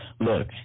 Look